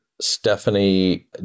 Stephanie